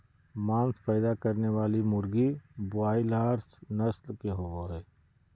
मांस पैदा करने वाली मुर्गी ब्रोआयालर्स नस्ल के होबे हइ